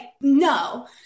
no